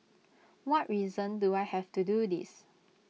what reason do I have to do this